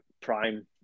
Prime